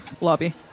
lobby